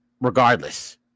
regardless